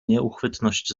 nieuchwytność